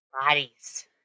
bodies